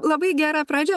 labai gera pradžia